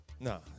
No